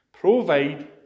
Provide